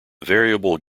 variable